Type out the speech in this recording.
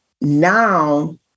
now